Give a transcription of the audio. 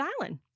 island